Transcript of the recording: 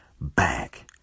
back